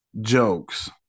jokes